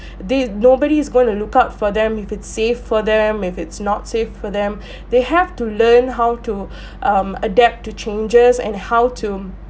these nobody's going to look out for them you if it's safe for them if it's not safe for them they have to learn how to um adapt to changes and how to